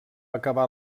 acabar